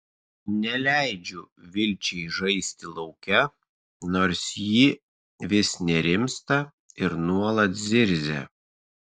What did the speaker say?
neleidžiu vilčiai žaisti lauke nors ji vis nerimsta ir nuolat zirzia